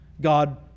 God